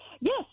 Yes